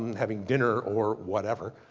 having dinner or whatever.